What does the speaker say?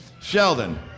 Sheldon